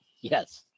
yes